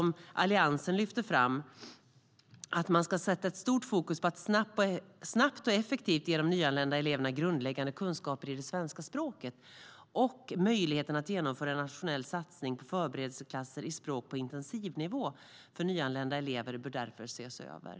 Alliansen lyfter också fram att starkt fokus ska sättas på att snabbt och effektivt ge de nyanlända eleverna grundläggande kunskaper i det svenska språket. Möjligheten att genomföra en nationell satsning på förberedelseklasser i språk på intensivnivå för nyanlända elever bör därför ses över.